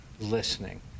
listening